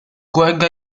cuenca